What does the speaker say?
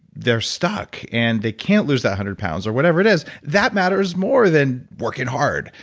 they're stuck, and they can't lose that hundred pounds or whatever it is, that matters more than working hard.